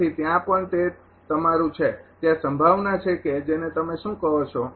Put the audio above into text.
તેથી ત્યાં પણ તે તમારુ છે ત્યાં સંભાવના છે કે જેને તમે શું કહો છો